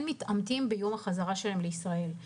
נמצאים מאומתים ביום החזרה שלהם לישראל.